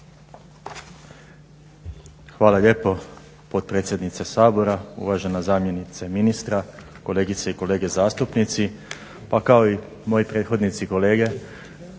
hvala lijepo potpredsjednice Sabora. Uvažena zamjenice ministra, kolegice i kolege zastupnici. Pa kao i moji prethodnici kolege